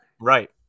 Right